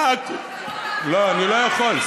לא, אני לא יכול.